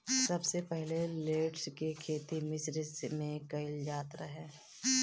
सबसे पहिले लेट्स के खेती मिश्र में कईल जात रहे